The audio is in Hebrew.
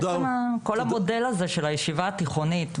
עצם כל המודל הזה של הישיבה התיכונית,